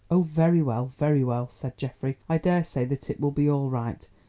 oh, very well, very well, said geoffrey, i daresay that it will be all right,